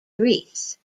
grease